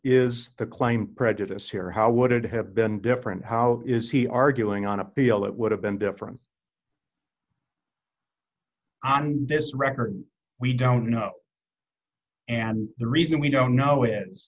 is the claim prejudice here how would it have been different how is he arguing on appeal it would have been different on this record we don't know and the reason we don't know i